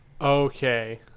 Okay